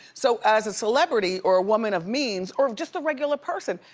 so as a celebrity, or a woman of means, or just a regular person,